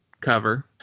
cover